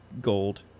gold